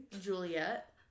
Juliet